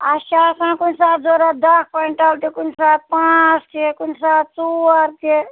اَسہِ چھِ آسان کُنہِ ساتہٕ ضروٗرت دَہ کوینٹَل تہٕ کُنہِ ساتہٕ پانٛژھ تہِ کُنہِ ساتہٕ ژور تہِ